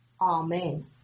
Amen